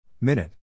Minute